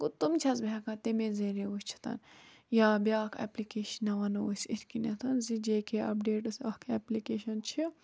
گوٚو تم چھَس بہٕ ہٮ۪کان تمے ذٔریعہِ و ٕچھِتھَن یا بیٛاکھ اٮ۪پلِکیٚشنَہ وَنو أسۍ اِتھ کٔنٮ۪تھَن زِ جے کے اَپڈیٚٹٕس اَکھ اٮ۪پلِکیٚشَن چھِ